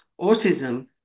autism